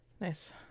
Nice